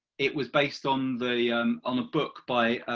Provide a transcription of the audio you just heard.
it was based on the um on the book by